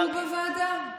הוא בוועדה.